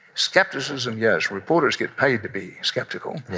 skepticism yes. reporters get paid to be skeptical.